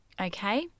Okay